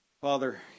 Father